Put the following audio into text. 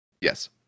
Yes